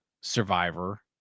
survivor